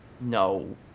No